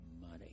money